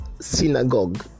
synagogue